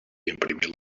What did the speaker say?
imprimir